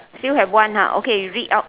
still have one ah okay you read out